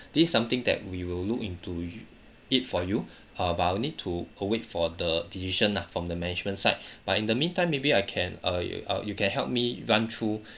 this is something that we will look into it for you uh but I'll need to await for the decision lah from the management side but in the meantime maybe I can uh uh you can help me run through